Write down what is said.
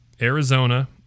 Arizona